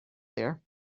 there